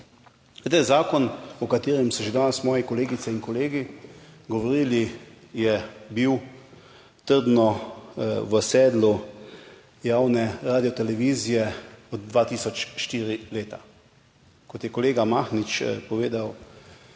Zakon o katerem so že danes moje kolegice in kolegi govorili, je bil trdno v sedlu javne radiotelevizije od 2004 leta. Kot je kolega Mahnič povedal,